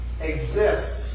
exists